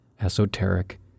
Esoteric